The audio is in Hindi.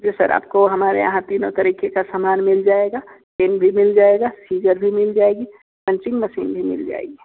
जी सर आपको हमारे यहाँ तीनों तरीके का सामान मिल जाएगा पेन भी मिल जाएगा सीज़र भी मिल जाएगी पंचिंग मशीन भी मिल जाएगी